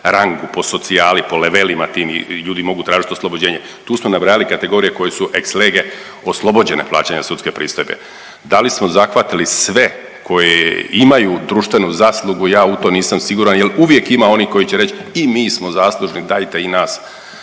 rangu po socijali, po levelima tim i ljudi mogu tražiti oslobođenje. Tu smo nabrajali kategorije koje su ex lege oslobođene plaćanja sudske pristojbe. Da li smo zahvatili sve koji imaju društvenu zaslugu ja u to nisam siguran jer uvijek ima onih koji će reći i mi smo zaslužni dajte i nas